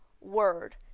word